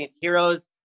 heroes